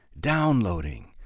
downloading